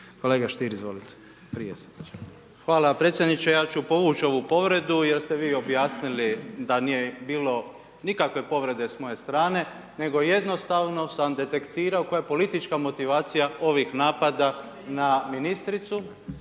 Kolega Stier, izvolite. **Stier, Davor Ivo (HDZ)** Hvala predsjedniče. Ja ću povući ovu povredu jer ste vi objasnili da nije bilo nikakve povrede s moje strane nego jednostavno sam detektirao koja je politička motivacija ovih napada na ministricu